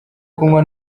kunywa